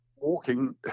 walking